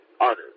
honored